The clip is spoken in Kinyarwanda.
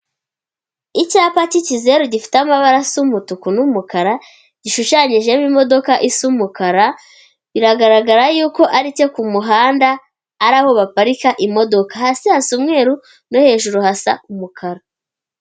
Icyapa cy'ikizeru gifite amabara asa umutuku n'umukara, gishushanyijemo imodoka isa umukara, biragaragara yuko ari ku muhanda, ari aho baparika imodoka hasi umweru no hejuru hasa umukara.